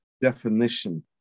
definition